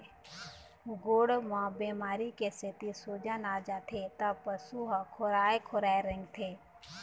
गोड़ म बेमारी के सेती सूजन आ जाथे त पशु ह खोराए खोराए रेंगथे